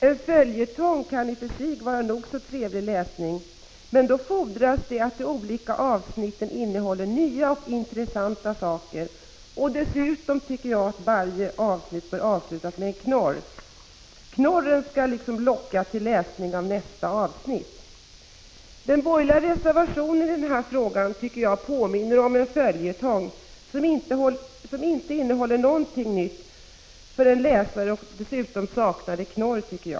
En följetong kan i och för sig vara en nog så trevlig läsning, 45 men då fordras det att de olika avsnitten innehåller nya och intressanta saker, och dessutom tycker jag att varje avsnitt bör avslutas med en ”knorr”. Knorren skall locka till läsning av nästa avsnitt. Den borgerliga reservation som avgivits i den här frågan påminner enligt min mening om en följetong som inte innehåller någonting nytt för en läsare, och dessutom saknar den knorr.